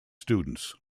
students